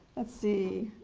let's see,